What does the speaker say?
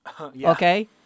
okay